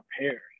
prepared